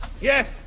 Yes